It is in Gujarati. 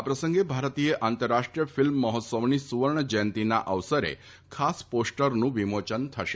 આ પ્રસંગે ભારતીય આંતરરાષ્ટ્રીય ફિલ્મ મહોત્સવની સુવર્ણ જયંતીના અવસરે ખાસ પોસ્ટરનું વિમોચન થશે